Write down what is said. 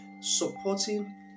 supporting